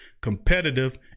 competitive